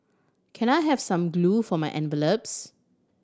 can I have some glue for my envelopes